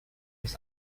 his